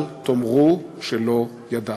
אל תאמרו שלא ידעתם.